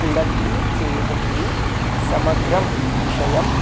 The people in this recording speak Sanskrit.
लब्धे चेत् अपि समग्रं विषयं